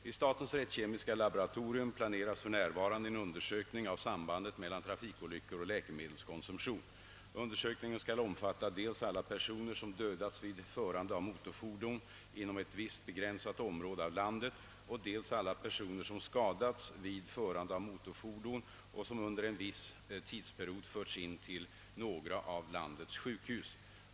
Vid statens rättskemiska laboratorium planeras för närvarande en undersökning av sambandet mellan trafikolyckor och läkemedelskonsumtion. Undersökningen skall omfatta dels alla personer, som dödats vid förande av motorfordon inom ett visst begränsat område av landet, dels alla personer som skadats vid förande av motorfordon och som under en viss tidsperiod förts in till några av landets sjukhus.